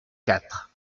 quatre